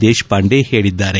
ದೇಶಪಾಂಡೆ ಹೇಳಿದ್ದಾರೆ